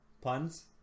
puns